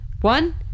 One